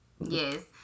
yes